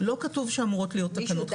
לא כתוב שאמורות להיות תקנות חדשות.